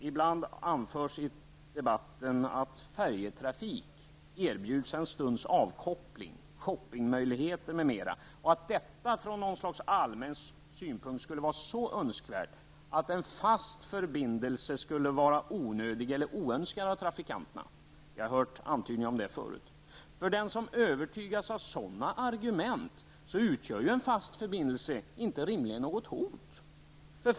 Ibland anförs i debatten att färjetrafik erbjuder en stunds avkoppling, shoppingmöjligheter, m.m. och att detta från allmän synpunkt skulle vara så önskvärt, att en fast förbindelse skulle vara både onödig och oönskad av trafikanterna. Det har vi hört antydningar om tidigare. För den som övertygas av sådana argument utgör en fast förbindelse rimligen inte något hot.